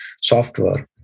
software